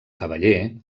cavaller